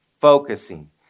focusing